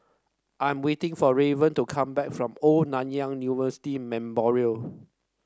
I'm waiting for Raven to come back from Old Nanyang University Memorial